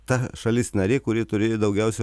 ta šalis narė kuri turėjo daugiausia